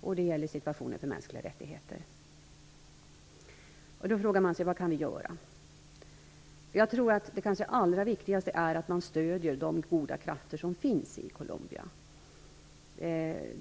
och situationen för mänskliga rättigheter. Då frågar man sig: Vad kan vi göra? Jag tror att det allra viktigaste är att man stöder de goda krafter som finns i Colombia.